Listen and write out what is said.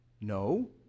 No